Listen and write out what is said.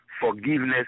Forgiveness